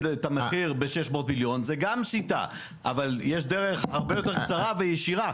את המחיר ב-600 מיליון זו גם שיטה אבל יש דרך הרבה יותר קצרה וישירה.